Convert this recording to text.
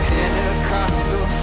Pentecostal